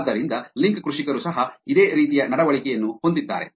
ಆದ್ದರಿಂದ ಲಿಂಕ್ ಕೃಷಿಕರು ಸಹ ಇದೇ ರೀತಿಯ ನಡವಳಿಕೆಯನ್ನು ಹೊಂದಿದ್ದಾರೆ